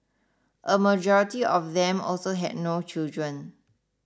a majority of them also had no children